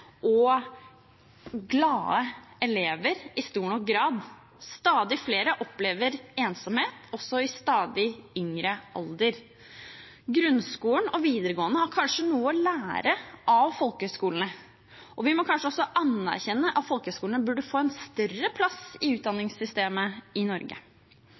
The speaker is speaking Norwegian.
og glade elever i stor nok grad. Stadig flere opplever ensomhet, også i stadig yngre alder. Grunnskolen og videregående har kanskje noe å lære av folkehøgskolene, og vi må kanskje også anerkjenne at folkehøgskolene burde få en større plass i utdanningssystemet i Norge.